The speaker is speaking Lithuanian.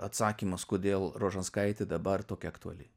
atsakymas kodėl rožanskaitė dabar tokia aktuali